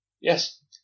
Yes